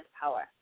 power